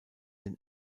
den